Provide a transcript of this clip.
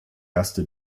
erste